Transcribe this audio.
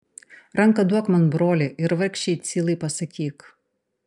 ranką duok man broli ir vargšei cilai pasakyk